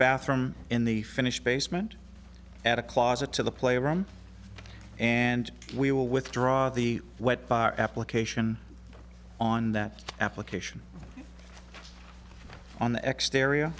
bathroom in the finished basement at a closet to the playground and we will withdraw the wet bar application on that application on the